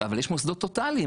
אבל יש מוסדות טוטאליים,